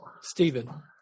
Stephen